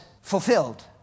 fulfilled